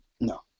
No